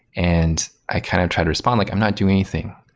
and i kind of tried to respond, like i'm not doing anything.